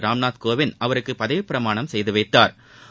ராம்நாத் கோவிந்த் அவருக்கு பதவிப்பிரமாணம் செய்து வைத்தாா்